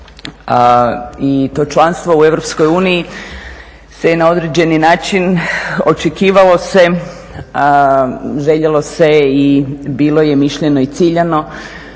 I to članstvo u EU se na određeni način očekivalo se, željelo se i bilo je mišljeno i ciljano